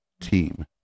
team